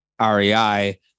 REI